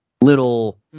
Little